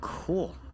cool